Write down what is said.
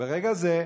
ברגע הזה,